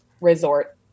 resort